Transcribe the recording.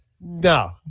No